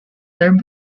term